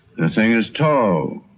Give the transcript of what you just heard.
that thing is tall.